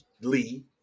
Lee